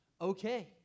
okay